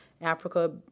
Africa